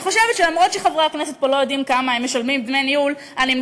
אני חושבת שאף שחברי הכנסת פה לא יודעים כמה דמי ניהול הם משלמים,